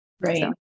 Right